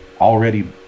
already